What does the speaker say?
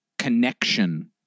connection